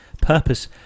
purpose